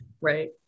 right